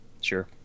Sure